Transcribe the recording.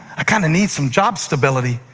i kind of need some job stability,